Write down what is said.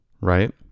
right